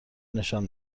نشان